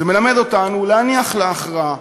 זה מלמד אותנו להניח להכרעה,